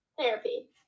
therapy